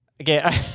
Okay